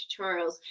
tutorials